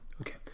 Okay